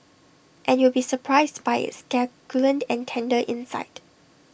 and you'll be surprised by its succulent and tender inside